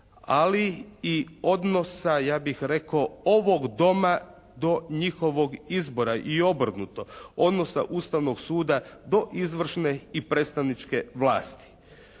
ali i odnosa ja bih rekao ovog Doma do njihovog izbora i obrnuto, odnosa Ustavnog suda do izvršne i predstavničke vlasti.